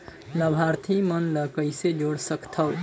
लाभार्थी मन ल कइसे जोड़ सकथव?